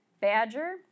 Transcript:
badger